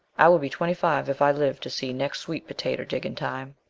i will be twenty-five if i live to see next sweet potater digging time.